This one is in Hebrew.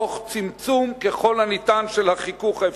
תוך צמצום ככל הניתן של החיכוך האפשרי.